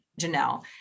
Janelle